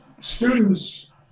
Students